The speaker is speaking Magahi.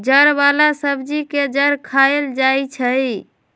जड़ वाला सब्जी के जड़ खाएल जाई छई